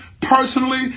personally